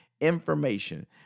information